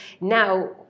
now